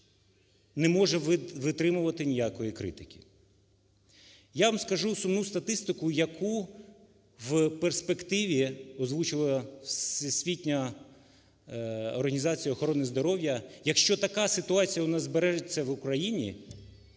не може витримувати ніякої критики. Я вам скажу сумну статистику, яку в перспективі озвучувала Всесвітня організація охорони здоров'я. Якщо така ситуація у нас збережеться в Україні,